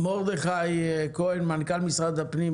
מרדכי כהן, מנכ"ל משרד הפנים.